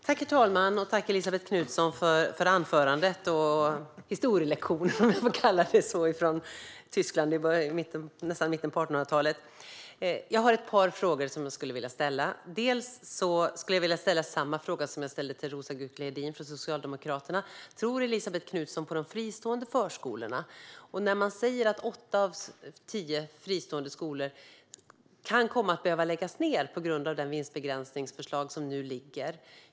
Herr talman! Tack, Elisabet Knutsson, för anförandet och historielektionen, om jag får kalla det så, om Tyskland i mitten av 1800-talet! Jag har ett par frågor som jag skulle vilja ställa. Jag skulle först vilja ställa samma fråga som jag ställde till Roza Güclü Hedin från Socialdemokraterna. Tror Elisabet Knutsson på de fristående förskolorna? Man säger att åtta av tio fristående skolor kan komma att behöva läggas ned på grund av det vinstbegränsningsförslag som nu föreligger.